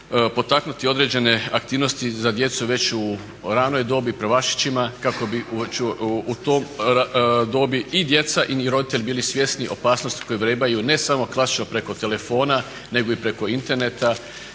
potaknuti određene aktivnosti za djecu već u ranoj dobi, prvašićima kako bi u toj dobi i djeca i roditelji bili svjesni opasnosti koje vrebaju ne samo klasično preko telefona, nego i preko interneta,